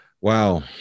wow